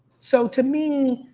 so to me,